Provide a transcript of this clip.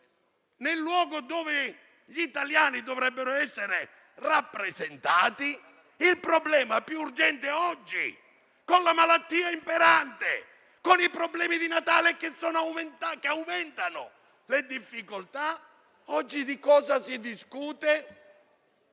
nel luogo dove gli italiani dovrebbero essere rappresentati, il problema più urgente oggi, con la malattia imperante, con i problemi di Natale che aumentano le difficoltà, è discutere